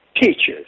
teachers